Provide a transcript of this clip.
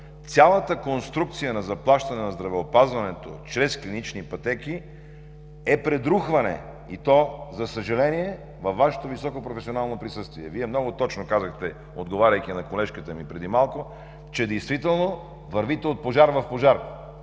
цялата конструкция на заплащане на здравеопазването чрез клинични пътеки е пред рухване и то, за съжаление, във Вашето високо професионално присъствие. Вие много точно казахте, отговаряйки на колежката ми преди малко, че действително вървите от „пожар в пожар“.